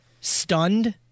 stunned